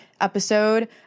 episode